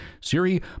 Siri